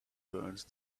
burned